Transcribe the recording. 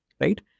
right